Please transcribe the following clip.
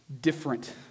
different